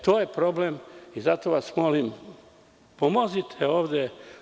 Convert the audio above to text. To je problem i zato vas molim da pomognete ovde.